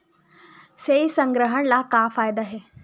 से ग्राहक ला का फ़ायदा हे?